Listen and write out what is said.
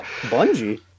Bungie